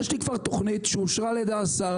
יש לי כבר תוכנית שאושרה על ידי השר,